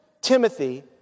Timothy